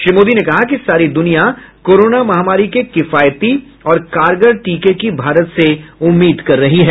श्री मोदी ने कहा कि सारी दुनिया कोरोना महामारी के किफायती और कारगर टीके की भारत से उम्मीद कर रही है